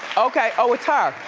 okay, oh, it's her.